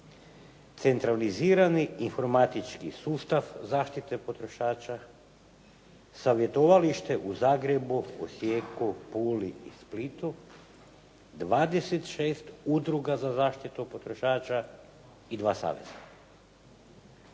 centralizirani informatički sustav zaštite potrošača, savjetovalište u Zagrebu, Osijeku, Puli i Splitu, 26 udruga za zaštitu potrošača i dva saveza.